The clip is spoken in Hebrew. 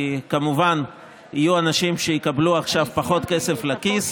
כי יהיו כמובן אנשים שיקבלו עכשיו פחות כסף לכיס,